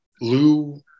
Lou